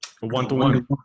One-to-one